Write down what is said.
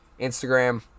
Instagram